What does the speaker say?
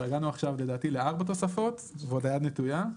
הגענו עכשיו לדעתי לארבע תוספות ועוד היד נטויה.